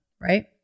right